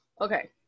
Okay